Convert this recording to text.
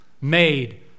made